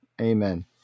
amen